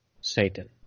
Satan